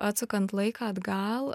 atsukant laiką atgal